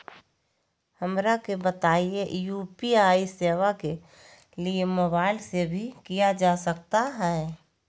हमरा के बताइए यू.पी.आई सेवा के लिए मोबाइल से भी किया जा सकता है?